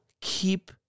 keep